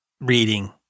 Reading